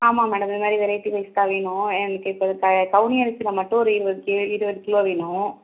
ஆமாம் மேடம் இது மாதிரி வெரைட்டி ரைஸ்தான் வேணும் எனக்கு இப்போ ப கவுனி அரிசியில மட்டும் ஒரு இருபது கே இருபது கிலோ வேணும்